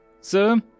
Sir